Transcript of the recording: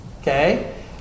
Okay